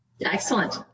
Excellent